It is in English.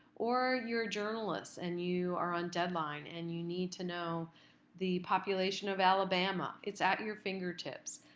or you're a journalist and you are on deadline and you need to know the population of alabama. it's at your fingertips.